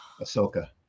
ahsoka